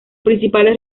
principales